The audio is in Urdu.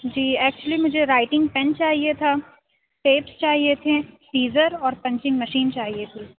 جی ایکچولی مجھے رائٹنگ پین چاہیے تھا ٹیپ چاہیے تھے سیزر اور پنچنگ مشین چاہیے تھی